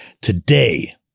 today